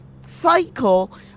cycle